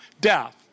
Death